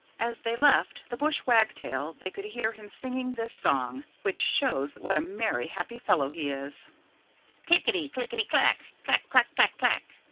as they left the bush wagtail they could hear him singing this song, which shows what a merry, happy fellow he is click-i-ti, click-i-ti-clack! clack! clack! clack! clack!